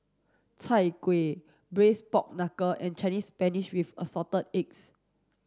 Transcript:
Chai Kueh braised pork knuckle and Chinese spinach with assorted eggs